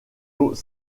aux